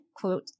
quote